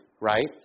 right